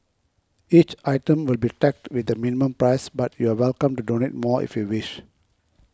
each item will be tagged with a minimum price but you're welcome to donate more if you wish